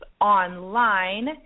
online